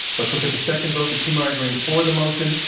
let's look at the second vote the team arguing for the motion,